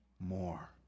more